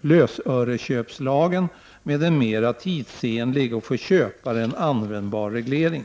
lösöresköplagen med en mera tidsenlig och för köparen användbar reglering.